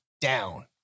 Down